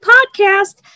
Podcast